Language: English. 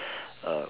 uh